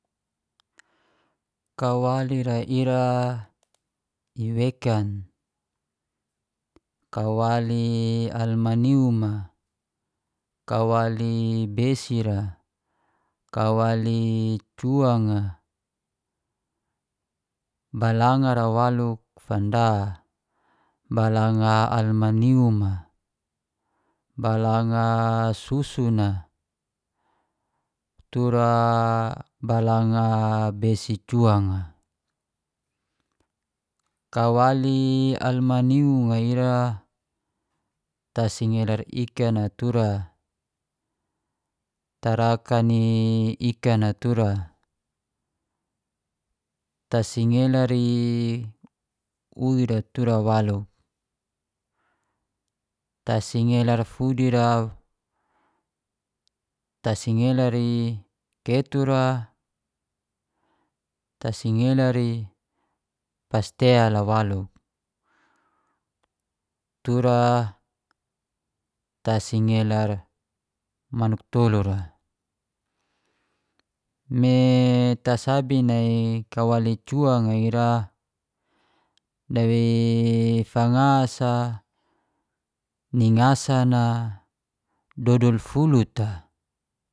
Kawali ra ira iwekan, kawali almanium a, kawali besi ra, kawali cuang a, balanga ra waluk fanda. Balanga almanium a, balanga susun a tura balanga besi cuang a. Kawali almanium a ira tasingelar ikan atur, tarakan ni ikan tura tasingelar i ui ra tura waluk, tasingelar furi ra, tasingelar i ketu ra, tasingelar i pastel a waluk, tura tasingelar manuk tolu ra. Me tasabi nai kawali cuang a ira, dawei fanga sa ni ngasan dodol fulut a